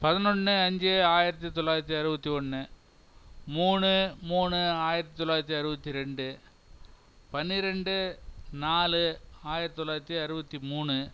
பதினொன்று அஞ்சு ஆயிரத்தி தொள்ளாயிரத்தி அறுபத்தி ஒன்று மூணு மூணு ஆயிரத்தி தொள்ளாயிரத்தி அறுபத்தி ரெண்டு பனிரெண்டு நாலு ஆயிரத்தி தொள்ளாயிரத்தி அறுபத்தி மூணு